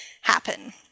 happen